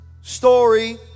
story